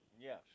Yes